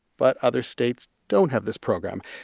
but other states don't have this program.